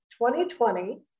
2020